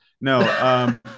No